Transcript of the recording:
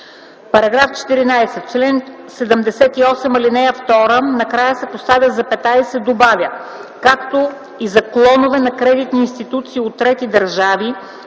чл. 78, ал. 2 накрая се поставя запетая и се добавя „както и за клонове на кредитни институции от трети държави,